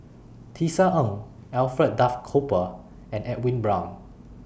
Tisa Ng Alfred Duff Cooper and Edwin Brown